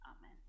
Amen